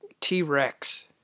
T-Rex